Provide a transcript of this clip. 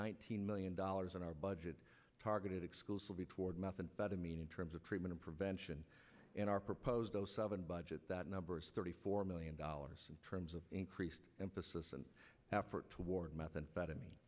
nineteen million dollars in our budget targeted exclusively toward methamphetamine in terms of treatment and prevention in our proposed zero seven budget that number is thirty four million dollars in terms of increased emphasis and effort toward methamphetamine